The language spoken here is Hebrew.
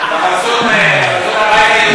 בחסות הבית היהודי.